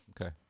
Okay